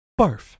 Barf